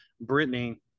Brittany